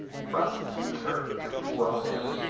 you must teach her to foil him.